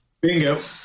Bingo